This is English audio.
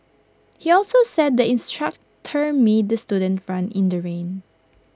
he also said the instructor made the student run in the rain